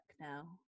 now